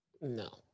No